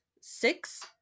six